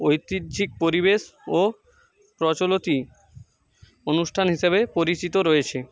ঐতিহ্যিক পরিবেশ ও প্রচলিত অনুষ্ঠান হিসাবে পরিচিত রয়েছে